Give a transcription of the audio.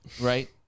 right